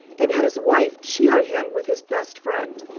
and had his wife cheat on him with his best friend.